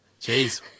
Jeez